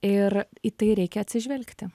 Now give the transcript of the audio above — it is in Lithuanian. ir į tai reikia atsižvelgti